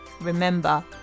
remember